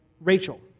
Rachel